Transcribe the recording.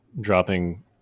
dropping